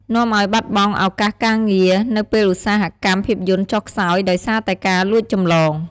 នាំឲ្យបាត់បង់ឱកាសការងារ នៅពេលឧស្សាហកម្មភាពយន្តចុះខ្សោយដោយសារតែការលួចចម្លង ។